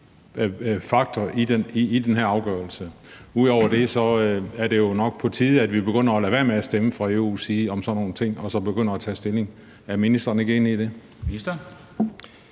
faktor i den her afgørelse. Ud over det er det jo nok på tide, at vi fra EU's side begynder at lade være med at stemme om sådan nogle ting og så begynder at tage stilling. Er ministeren ikke enig i det?